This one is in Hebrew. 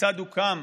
כיצד הוא קם